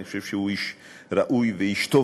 אני חושב שהוא איש ראוי והוא איש טוב